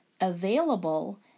available